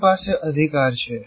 કોની પાસે અધિકાર છે